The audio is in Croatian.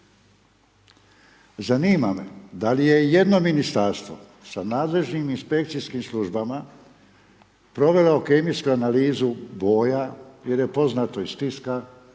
Zanima me da li je jedno ministarstvo sa nadležnim inspekcijskim službama provelo kemijsku analizu boja jer je poznato iz tiska